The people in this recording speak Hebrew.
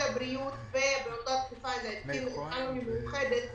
הבריאות ובאותה תקופה זה היה הסכם עם מאוחדת,